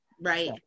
Right